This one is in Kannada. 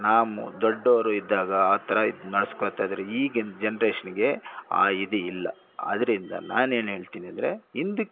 ನಾಮ ದೊಡ್ಡವರು ಇದ್ದಾಗ ಆ ಥರ ಇದು ನಡ್ಸ್ಕೋತಾ ಇದ್ದರು ಈಗಿನ ಜನ್ರೇಷನ್ಗೆ ಆ ಇದು ಇಲ್ಲ ಆದ್ದರಿಂದ ನಾನೇನು ಹೇಳ್ತೀನಿ ಅಂದರೆ ಹಿಂದ್ಕ್